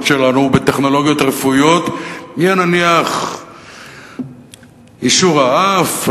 שלנו בטכנולוגיות רפואיות יהיה נניח יישור האף,